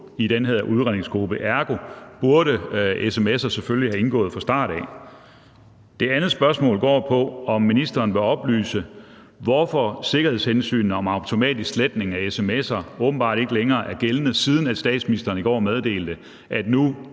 i den her udredningsgruppe? Ergo burde sms'er selvfølgelig have indgået fra start af. Det andet spørgsmål går på, om ministeren vil oplyse, hvorfor sikkerhedshensynene om automatisk sletning af sms’er åbenbart ikke længere er gældende, siden at statsministeren i går meddelte, at nu